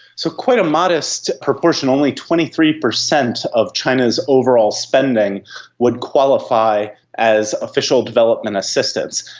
so quite a modest proportion, only twenty three percent of china's overall spending would qualify as official development assistance.